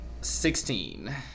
Sixteen